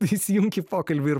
prisijunk į pokalbį ir